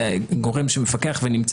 האם היה מקרה שבו נכנסו להסדר ובאמצע